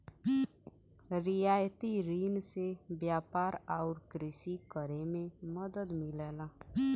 रियायती रिन से व्यापार आउर कृषि करे में मदद मिलला